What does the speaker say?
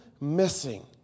missing